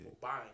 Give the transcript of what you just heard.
Buying